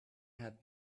had